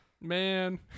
Man